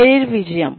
career విజయం